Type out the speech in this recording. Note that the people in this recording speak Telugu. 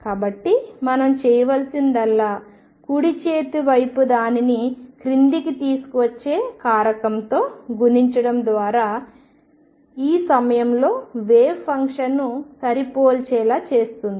కాబట్టి మనం చేయవలసిందల్లా కుడి చేతి వైపు దానిని క్రిందికి తీసుకువచ్చే కారకంతో గుణించడం ద్వారా ఈ సమయంలో వేవ్ ఫంక్షన్ను సరిపోల్చేలా చేస్తుంది